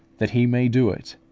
that he may do it,